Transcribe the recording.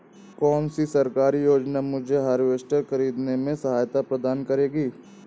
कौन सी सरकारी योजना मुझे हार्वेस्टर ख़रीदने में सहायता प्रदान करेगी?